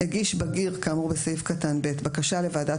"(ג) הגיש בגיר כאמור בסעיף קטן (ב) בקשה לוועדת